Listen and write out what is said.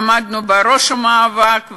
עמדנו בראש המאבק,